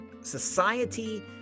society